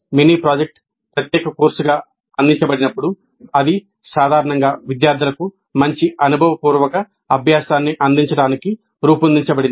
mini project ప్రత్యేక కోర్సుగా అందించబడినప్పుడు ఇది సాధారణంగా విద్యార్థులకు మంచి అనుభవపూర్వక అభ్యాసాన్ని అందించడానికి రూపొందించబడింది